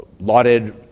Lauded